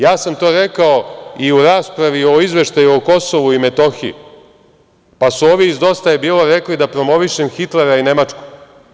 Ja sam to rekao i u raspravi o Izveštaju o Kosovu i Metohiji, pa su ovi iz Dosta je bilo rekli da promovišem Hitlera i Nemačku.